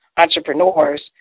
entrepreneurs